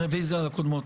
רביזיה על הקודמות.